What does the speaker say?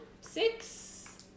six